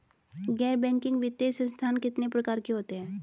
गैर बैंकिंग वित्तीय संस्थान कितने प्रकार के होते हैं?